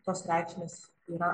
tos reikšmės yra